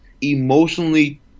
emotionally